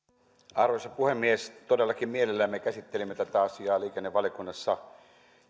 arvoisa puhemies todellakin mielellämme käsittelimme tätä asiaa liikennevaliokunnassa